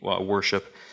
worship